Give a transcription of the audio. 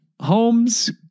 Homes